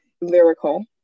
lyrical